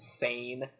insane